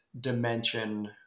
dimension